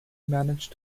manage